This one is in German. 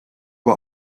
war